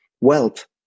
wealth